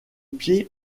pied